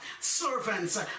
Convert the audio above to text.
servants